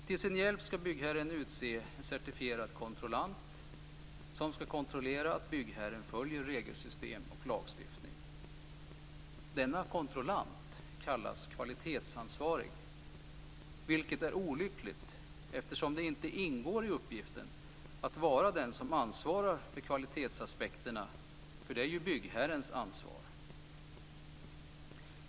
Till sin hjälp skall byggherren utse en certifierad kontrollant som skall kontrollera att byggherren följer regelsystem och lagstiftning. Denna kontrollant kallas kvalitetsansvarig, vilket är olyckligt, eftersom det inte ingår i uppgiften att vara den som ansvarar för kvalitetsaspekterna. Det är ju byggherrens ansvar.